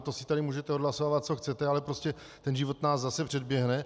To si tady můžete odhlasovat co chcete, ale ten život nás zase předběhne.